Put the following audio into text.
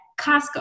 Costco